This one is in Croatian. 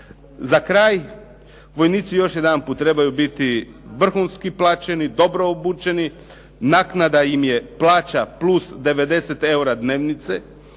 Za kraj, vojnici još jedanput trebaju biti vrhunski plaćeni, dobro obučeni, naknada im je plaća plus 90 eura dnevnice.